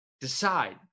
decide